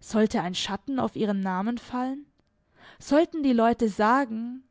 sollte ein schatten auf ihren namen fallen sollten die leute sagen